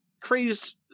crazed